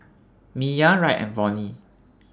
Miah Wright and Vonnie